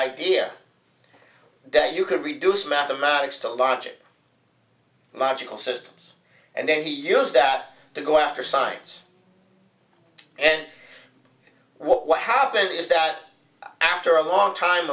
idea that you could reduce mathematics to logic and magical systems and then he used that to go after science and what happened is that after a long time